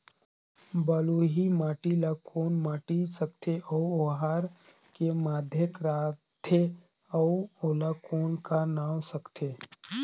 बलुही माटी ला कौन माटी सकथे अउ ओहार के माधेक राथे अउ ओला कौन का नाव सकथे?